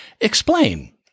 Explain